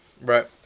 Right